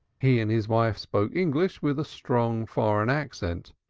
he and his wife spoke english with a strong foreign accent